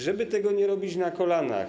Żeby tego nie robić na kolanach.